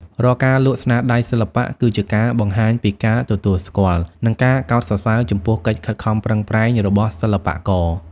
រាល់ការលក់ស្នាដៃសិល្បៈ គឺជាការបង្ហាញពីការទទួលស្គាល់ និងការកោតសរសើរចំពោះកិច្ចខិតខំប្រឹងប្រែងរបស់សិល្បករ។